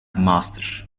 master